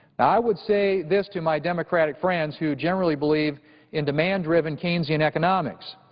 i would say this to my democratic friends who generally believe in demand-driven keynesian economics.